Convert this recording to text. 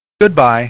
goodbye